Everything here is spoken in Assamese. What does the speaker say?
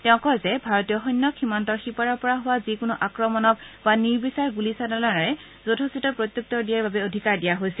তেওঁ কয় যে ভাৰতীয় সৈন্যক সীমান্তৰ সিপাৰৰ পৰা হোৱা যিকোনো আক্ৰমণক বা নিৰ্বিচাৰ গুলীচালনাৰে যথোচিত প্ৰত্যুত্তৰ দিয়াৰ বাবে অধিকাৰ দিয়া হৈছিল